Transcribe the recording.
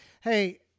hey